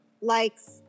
likes